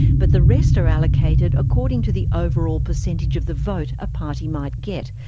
but the rest are allocated according to the overall percentage of the vote a party might get,